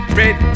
red